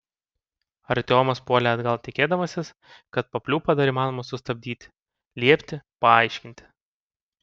artiomas puolė atgal tikėdamasis kad papliūpą dar įmanoma sustabdyti liepti paaiškinti